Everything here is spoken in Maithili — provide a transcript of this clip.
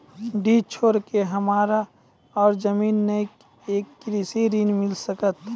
डीह छोर के हमरा और जमीन ने ये कृषि ऋण मिल सकत?